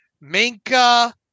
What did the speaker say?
Minka